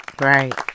Right